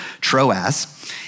Troas